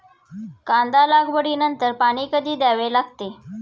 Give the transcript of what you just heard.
कांदा लागवडी नंतर पाणी कधी द्यावे लागते?